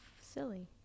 silly